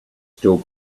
still